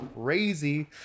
crazy